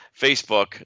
Facebook